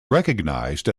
recognized